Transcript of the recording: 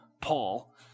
Paul